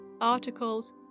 articles